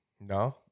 no